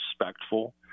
respectful